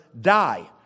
die